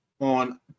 on